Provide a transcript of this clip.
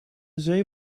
zee